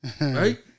right